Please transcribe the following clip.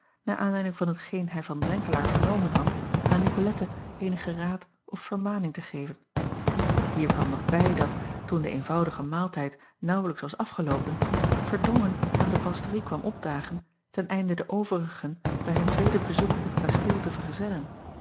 naar aanleiding van hetgeen hij van renkelaer vernomen had aan icolette eenigen raad of vermaning te geven ier kwam nog bij dat toen de eenvoudige maaltijd naauwlijks was afgeloopen erdrongen aan de pastorie kwam opdagen ten einde de overigen bij hun tweede bezoek op het kasteel te vergezellen